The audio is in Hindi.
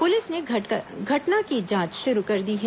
पुलिस ने घटना की जांच शुरू कर दी है